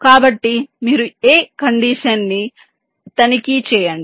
కాబట్టి మీరు a condition ని తనిఖీ చేయండి